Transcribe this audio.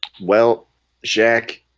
well jack.